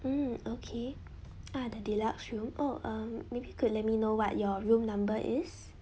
mm okay ah the deluxe room oh um maybe you could let me know what your room number is